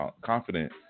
confident